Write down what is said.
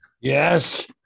yes